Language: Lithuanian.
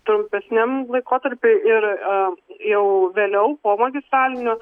trumpesniam laikotarpiui ir jau vėliau po magistralinių